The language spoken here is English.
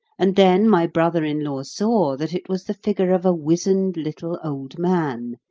and then my brother-in-law saw that it was the figure of a wizened little old man,